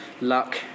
luck